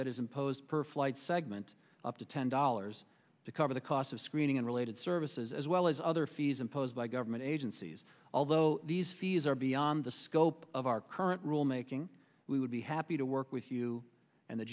that is imposed per flight segment up to ten dollars to cover the cost of screening and related services as well as other fees imposed by government agencies although these fees are beyond the scope of our current rule making we would be happy to work with you and the